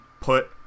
put